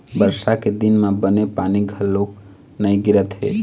बरसा के दिन म बने पानी घलोक नइ गिरत हे